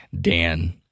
Dan